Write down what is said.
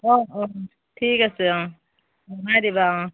অঁ অঁ ঠিক আছে অঁ দিবা অঁ